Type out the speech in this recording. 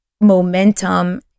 momentum